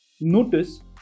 notice